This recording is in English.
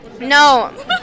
No